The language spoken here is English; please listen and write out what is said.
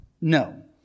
No